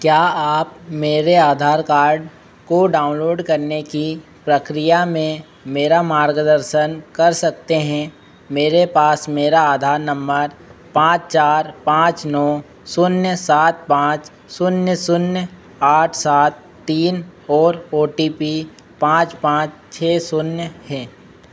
क्या आप मेरे आधार कार्ड को डाउनलोड करने की प्रक्रिया में मेरा मार्गदर्शन कर सकते हैं मेरे पास मेरा आधार नम्बर पाँच चार पाँच नौ शून्य सात पाँच शून्य शून्य आठ सात तीन और ओ टी पी पाँच पाँच छह शून्य है